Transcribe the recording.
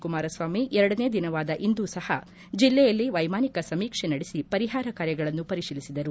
ಕುಮಾರಸ್ವಾಮಿ ಎರಡನೇ ದಿನವಾದ ಇಂದು ಸಪ ಜಿಲ್ಲೆಯಲ್ಲಿ ವೈಮಾನಿಕ ಸಮೀಕ್ಷೆ ನಡೆಸಿ ಪರಿಹಾರ ಕಾರ್ಯಗಳನ್ನು ಪರಿಶೀಲಿಸಿದರು